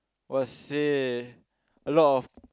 !wahseh! a lot of